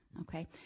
Okay